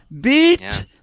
beat